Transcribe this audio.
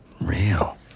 real